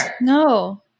No